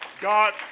God